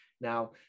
Now